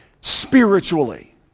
spiritually